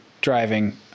driving